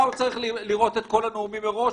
הוא צריך לראות את כל הנאומים מראש?